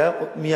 זה היה מייד,